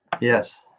yes